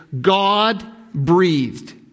God-breathed